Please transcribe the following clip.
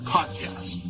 Podcast